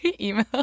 email